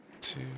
two